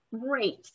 great